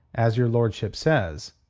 as your lordship says.